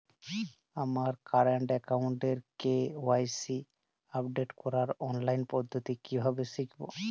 আমার কারেন্ট অ্যাকাউন্টের KYC update করার অনলাইন পদ্ধতি কীভাবে শিখব?